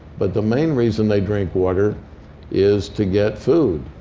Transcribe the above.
but the main reason they drink water is to get food.